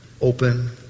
open